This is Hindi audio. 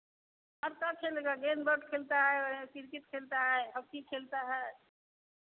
और का खेलेगा गेंद बैट खेलता है किरकिट खेलता है हॉकी खेलता है